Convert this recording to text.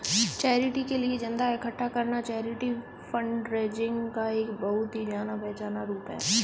charity के लिए चंदा इकट्ठा करना चैरिटी फंडरेजिंग का एक बहुत ही जाना पहचाना रूप है